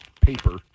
paper